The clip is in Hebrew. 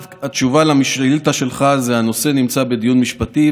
לכפות על המדינה שלו עמדה שונה ממה שהממשלה שלה או הציבור שלה